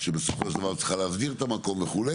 שבסופו של דבר צריכה להסדיר את המקום וכו',